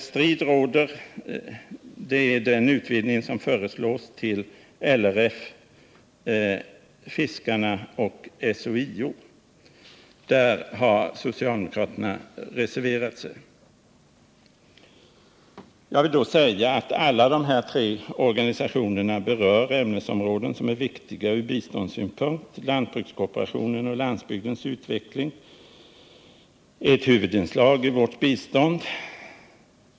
Striden står beträffande den utvidgning som föreslås av bidragen till LRF, Sveriges fiskares riksförbund och SHIO. Socialdemokraterna har reserverat sig på denna punkt. Alla dessa tre organisationer arbetar inom områden som är viktiga ur biståndssynpunkt. Landsbygdskooperationen och landsbygdens utveckling är ett huvudinslag i vårt biståndsarbete.